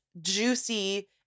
juicy